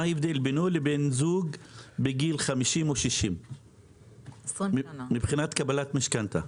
מה ההבדל בינו לבין זוג בגיל 50 או 60 מבחינת קבלת משכנתא?